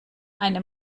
eine